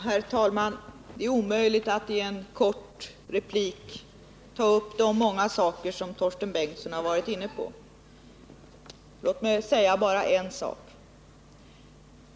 Herr talman! Det är omöjligt att i en kort replik ta upp de många saker som Torsten Bengtson har varit inne på. Låt mig säga bara en sak.